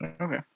Okay